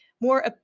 more